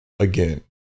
Again